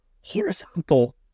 horizontal